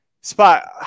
spot